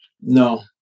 no